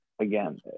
again